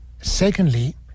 Secondly